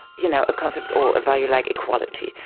you know a concept or a value like equality.